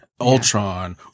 Ultron